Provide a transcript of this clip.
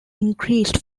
increased